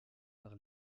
par